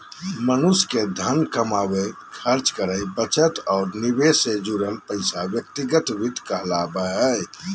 मनुष्य के धन कमावे, खर्च करे, बचत और निवेश से जुड़ल फैसला व्यक्तिगत वित्त कहला हय